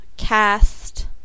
cast